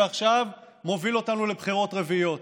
ועכשיו מוביל אותנו לבחירות רביעיות.